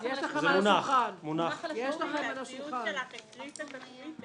אין הרביזיה על סעיף 30 לא נתקבלה.